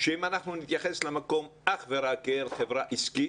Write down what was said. שאם אנחנו נתייחס למקום אך ורק כאל חברה עסקית,